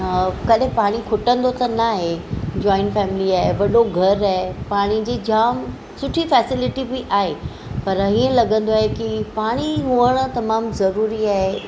अ कॾहिं पाणी खुटंदो त न आहे जॉइंट फैमिली आहे वॾो घरु आहे पाणी जी जाम सुठी फैसिलीटी बि आहे पर ईअं लॻंदो आहे की पाणी हुअणु तमामु ज़रूरी आहे